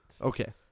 Okay